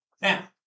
Now